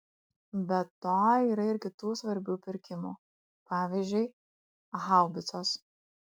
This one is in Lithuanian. be to yra ir kitų svarbių pirkimų pavyzdžiui haubicos